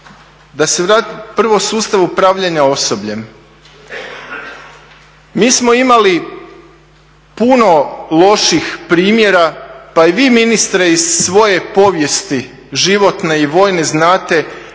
Da se vratim prvo sustavu upravljanja osobljem, mi smo imali puno loših primjera, pa i vi ministre iz svoje povijesti životne i vojne znate